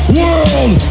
world